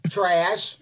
Trash